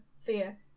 fear